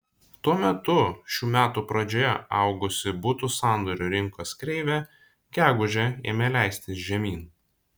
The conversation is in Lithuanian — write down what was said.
tuo metu šių metų pradžioje augusi butų sandorių rinkos kreivė gegužę ėmė leistis žemyn